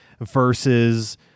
versus